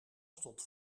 stond